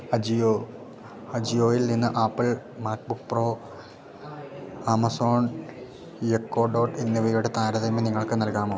അജിയോയിൽ നിന്ന് Apple MacBook Pro Amazon Echo Dot എന്നിവയുടെ താരതമ്യം നിങ്ങൾക്കു നൽകാമോ